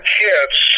kids